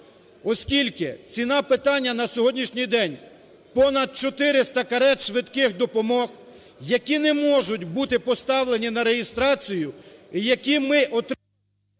оскільки ціна питання на сьогоднішній день – понад 400 карет швидких допомог, які не можуть бути поставлені на реєстрацію, і які ми…